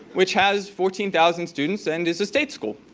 which has fourteen thousand students and is a state school.